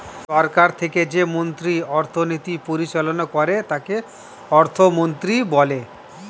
সরকার থেকে যে মন্ত্রী অর্থনীতি পরিচালনা করে তাকে অর্থমন্ত্রী বলে